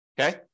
okay